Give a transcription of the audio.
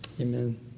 Amen